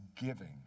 giving